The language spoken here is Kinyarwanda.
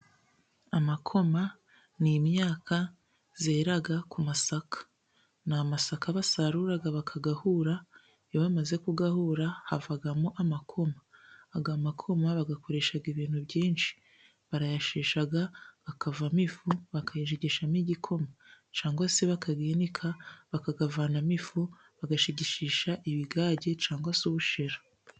Amakoma ni imyaka yera ku masaka. Ni amasaka basarura bakayahura ,iyo bamaze kuyahura havamo amakoma. Amakoma bayakoresha ibintu byinshi. Barayashesha bakavanamo ifu bakayishigishamo igikoma cyangwa se bakayinika bakayavanamo ifu bagashigisha ibigage cyangwa se ubushera.